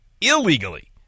illegally